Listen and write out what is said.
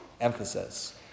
Emphasis